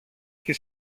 και